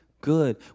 good